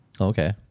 Okay